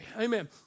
Amen